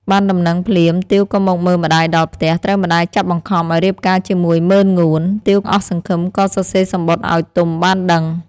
បានដំណឹងភ្លាម ទាវក៏មកមើលម្តាយដល់ផ្ទះ ត្រូវម្តាយចាប់បង្ខំឲ្យរៀបការជាមួយម៉ឺនងួន។ ទាវអស់សង្ឃឹមក៏សរសេរសំបុត្រឲ្យទុំបានដឹង។